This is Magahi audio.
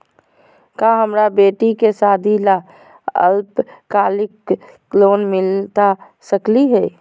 का हमरा बेटी के सादी ला अल्पकालिक लोन मिलता सकली हई?